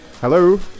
Hello